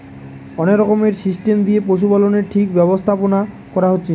অনেক রকমের সিস্টেম দিয়ে পশুপালনের ঠিক ব্যবস্থাপোনা কোরা হচ্ছে